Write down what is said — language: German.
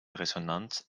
resonanz